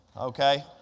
okay